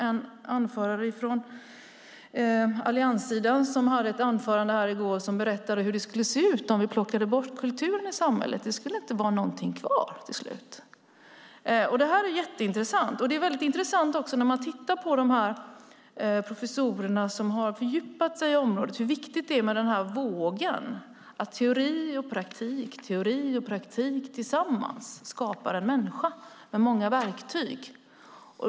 En ledamot från Alliansen höll i går ett anförande där han berättade hur det skulle se ut om vi plockade bort kulturen i samhället. Det skulle inte bli något kvar till slut. Det är intressant. Något som också är intressant är hur viktigt det enligt de professorer som har fördjupat sig i detta är med vågen. Teori och praktik tillsammans skapar en människa med många verktyg.